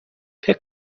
فکر